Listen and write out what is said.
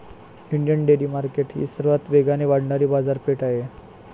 Indian dairy market ही सर्वात वेगाने वाढणारी बाजारपेठ आहे